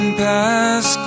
past